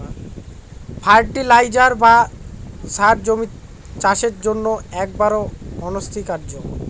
fertiliser বা সার জমির চাষের জন্য একেবারে অনস্বীকার্য